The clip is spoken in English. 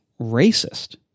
racist